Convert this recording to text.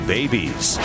Babies